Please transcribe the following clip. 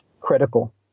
critical